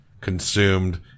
consumed